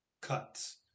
cuts